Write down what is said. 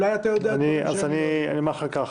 אולי אתה יודע את מה שאני לא יודע.